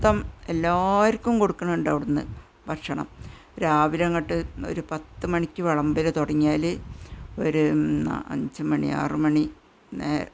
എല്ലാവര്ക്കും കൊടുക്കണുണ്ട് അവിടെ നിന്ന് ഭക്ഷണം രാവിലങ്ങട്ട് ഒരു പത്തുമണിക്ക് വിളമ്പല് തുടങ്ങിയാൽ ഒരു അഞ്ചു മണി ആറു മണി